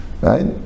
Right